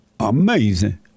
Amazing